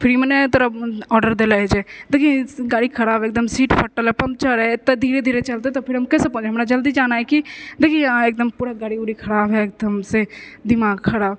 फ्रीमे नहि तोरा ऑडर देले हइ छै देखीँ गाड़ी खराब एकदम सीट फटल हइ पङ्कचर हइ एतेक धीरे धीरे चलतै तऽ फेर हम कइसे हमरा जल्दी जाना हइ कि देखीँ अहाँ एकदम पूरा गाड़ी उड़ी खराब हइ एकदमसँ दिमाग खराब